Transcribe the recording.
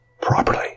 properly